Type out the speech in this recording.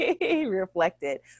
Reflected